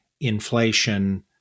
inflation